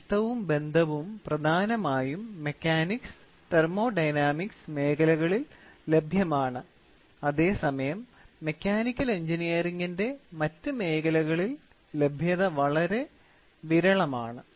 ഈ നഷ്ടവും ബന്ധവും പ്രധാനമായും മെക്കാനിക്സ് തെർമോഡൈനാമിക്സ് മേഖലകളിൽ ലഭ്യമാണ് അതേസമയം മെക്കാനിക്കൽ എഞ്ചിനീയറിംഗിന്റെ മറ്റ് മേഖലകളിൽ ലഭ്യത വളരെ വിരളമാണ്